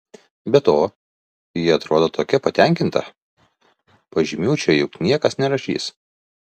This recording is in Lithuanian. be to ji atrodo tokia patenkinta pažymių čia juk niekas nerašys